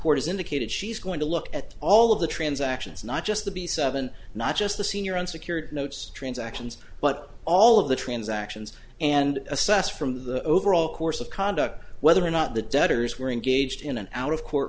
has indicated she's going to look at all of the transactions not just the b seven not just the senior unsecured notes transactions but all of the transactions and assess from the overall course of conduct whether or not the debtors were engaged in an out of court